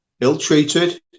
ill-treated